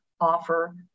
offer